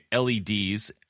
LEDs